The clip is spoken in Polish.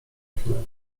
chwilę